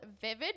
vivid